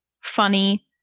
funny